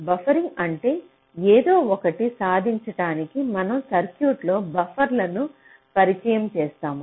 buffering అంటే ఏదోఒకటి సాధించడానికి మనం సర్క్యూట్లో బఫర్లను పరిచయం చేస్తాము